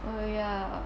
oh ya